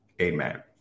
Amen